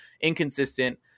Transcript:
inconsistent